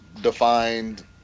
defined